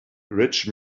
rich